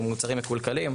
על מוצרים מקולקלים.